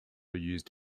used